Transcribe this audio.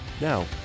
Now